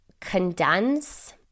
Condense